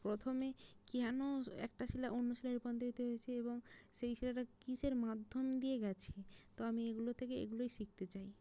প্রথমে কেন একটা শিলা অন্য শিলায় রূপান্তরিত হয়েছে এবং সেই শিলাটা কীসের মাধ্যম দিয়ে গেছে তো আমি এগুলো থেকে এগুলোই শিখতে চাই